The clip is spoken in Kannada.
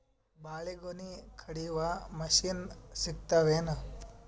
ಬಾಳಿಗೊನಿ ಕಡಿಯು ಮಷಿನ್ ಸಿಗತವೇನು?